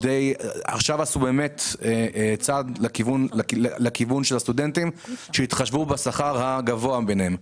עכשיו עשו צעד לכיוון של הסטודנטים בזה שמתחשבים בשכר הגבוה ביניהם,